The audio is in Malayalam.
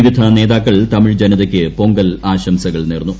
വിവിധ നേതാക്കൾ തമിഴ് ജനതയ്ക്ക് പൊങ്കൽ ആ്മൂർസ്കൾ നേർന്നു